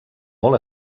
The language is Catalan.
molt